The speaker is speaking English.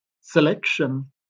selection